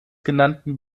genannten